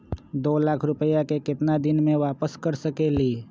दो लाख रुपया के केतना दिन में वापस कर सकेली?